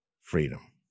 Freedom